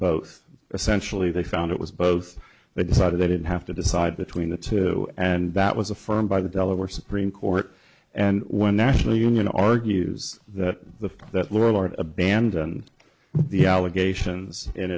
both essentially they found it was both they decided they didn't have to decide between the two and that was affirmed by the delaware supreme court and when national union argues that the fact that lorillard abandon the allegations